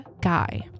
guy